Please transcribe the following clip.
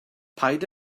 paid